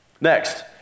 Next